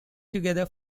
together